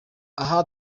aha